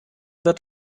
wird